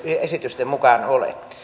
esitysten mukaan ole